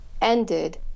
ended